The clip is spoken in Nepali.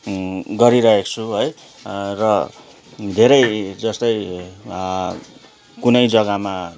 गरिरहेको छु है र धेरै जस्तै कुनै जग्गामा